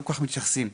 לא כל כך מתייחסים לזה.